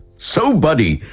so buddy,